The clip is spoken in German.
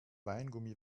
weingummi